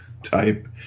Type